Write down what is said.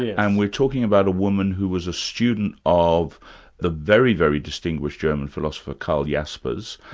and we're talking about a woman who was a student of the very, very distinguished german philosopher, karl jaspers,